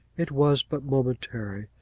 it was but momentary,